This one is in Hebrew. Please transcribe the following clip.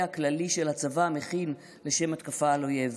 הכללי של הצבא מכין לשם התקפה על אויב,